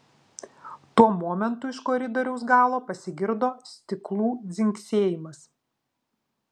tuo momentu iš koridoriaus galo pasigirdo stiklų dzingsėjimas